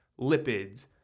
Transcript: lipids